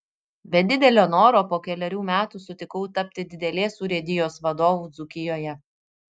be didelio noro po kelerių metų sutikau tapti didelės urėdijos vadovu dzūkijoje